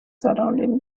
surrounding